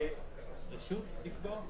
תהיה רשות לקבוע?